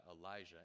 Elijah